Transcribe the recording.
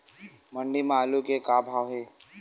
मंडी म आलू के का भाव हे?